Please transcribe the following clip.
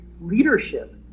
leadership